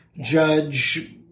judge